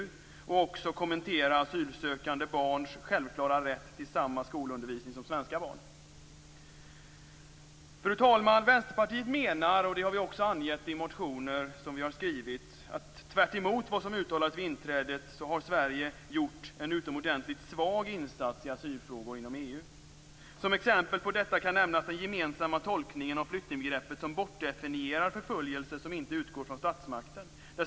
Jag skall också kommentera asylsökande barns självklara rätt till samma skolundervisning som svenska barn. Fru talman! Vi i Vänsterpartiet menar, och detta har vi också angett i motioner som vi skrivit, att Sverige, tvärtemot vad som uttalades vid EU-inträdet, har gjort en utomordentligt svag insats i asylfrågor inom EU. Som exempel på detta kan nämnas den gemensamma tolkningen av flyktingbegreppet, som bortdefinierar förföljelse som inte utgår från statsmakten.